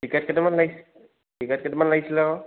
ticket কেইটামান লাগি ticket কেইটামান লাগিছিলে আকৌ